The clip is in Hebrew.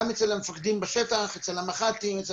גם אצל המפקדים בשטח, אצל המח"טים, המג"דים,